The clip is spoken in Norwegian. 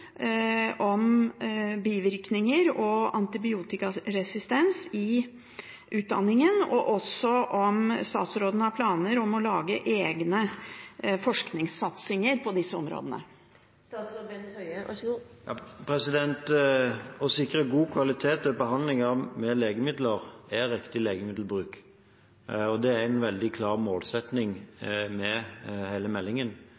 om bivirkninger og antibiotikaresistens? Og har statsråden planer om å lage egne forskningssatsinger på disse områdene? Å sikre god kvalitet ved behandling med legemidler er riktig legemiddelbruk. Det er en veldig klar målsetting med hele meldingen.